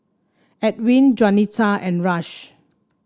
Edwin Juanita and Rush